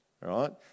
right